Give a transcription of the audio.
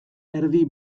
erdi